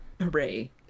hooray